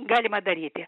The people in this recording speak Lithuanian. galima daryti